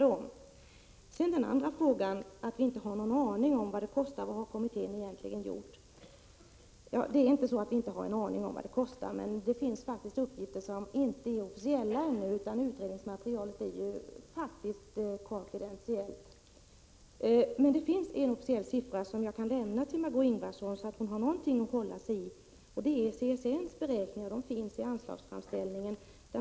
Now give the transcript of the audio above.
Sedan till den andra frågan, att vi inte har någon aning om vad det kostar och vad kommittén egentligen har gjort. Det är inte så att vi inte har någon aning om vad det kostar. Det finns faktiskt uppgifter som dock ännu inte är officiella — utredningsmaterialet är ju konfidentiellt. Det finns emellertid en siffra som är officiell och som jag kan nämna för Margé Ingvardsson, så att hon har något att hålla sig till. Det är CSN:s beräkningar, som finns i anslagsframställningen.